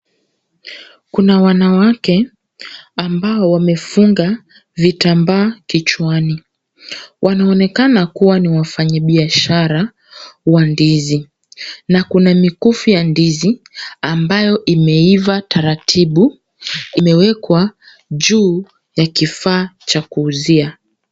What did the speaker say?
Kuna wanawake ambao wamefunga vitambaa kichwani. Wanaonekana kuwa ni wafanyibiashara wa ndizi na kuna mikufu ya ndizi ambayo imeiva taratibu imewekwa juu ya kifaa cha kuuzia.